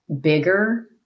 bigger